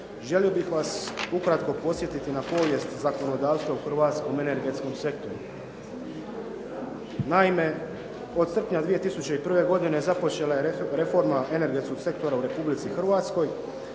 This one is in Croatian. želio bih vas ukratko podsjetiti na povijest zakonodavstva u hrvatskom energetskom sektoru. Naime, od srpnja 2001. godine započela je reforma energetskog sektora u Republici Hrvatskoj